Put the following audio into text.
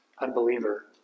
unbeliever